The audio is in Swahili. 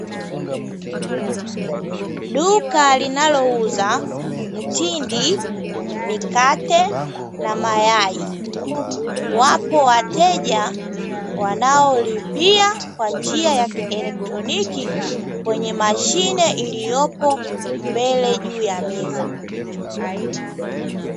Duka linalouza mtindi, mikate na mayai, wapo wateja wanaolipia kwa njia ya kielektroniki kwenye mashine iliyopo mbele juu ya meza.